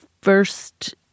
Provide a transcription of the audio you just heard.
first